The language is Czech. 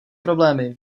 problémy